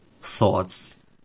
thoughts